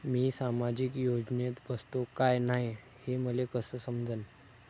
मी सामाजिक योजनेत बसतो का नाय, हे मले कस समजन?